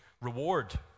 Reward